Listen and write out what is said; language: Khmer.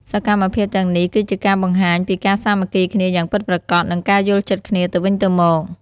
សកម្មភាពទាំងនេះគឺជាការបង្ហាញពីការសាមគ្គីគ្នាយ៉ាងពិតប្រាកដនិងការយល់ចិត្តគ្នាទៅវិញទៅមក។